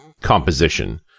composition